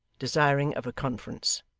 desiring of a conference.